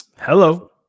Hello